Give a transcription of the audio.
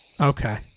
Okay